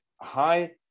high